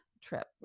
trip